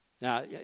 Now